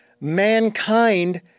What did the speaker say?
mankind